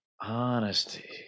Honesty